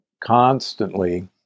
constantly